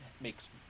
makes